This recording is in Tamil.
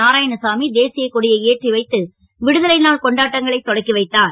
நாராயணசாமி தேசியக் கொடியை ஏற்றி வைத்து விடுதலை நாள் கொண்டாட்டங்களை தொடக்கி வைத்தார்